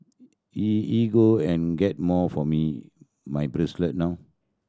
E ego and get more for me my bracelet now